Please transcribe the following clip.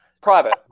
Private